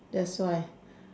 that's why